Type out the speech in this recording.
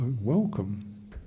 welcome